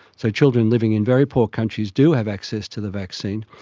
so children living in very poor countries do have access to the vaccine,